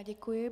Děkuji.